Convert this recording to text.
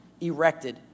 erected